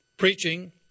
preaching